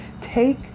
Take